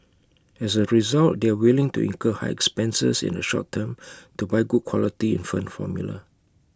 as A result they are willing to incur high expenses in the short term to buy good quality infant formula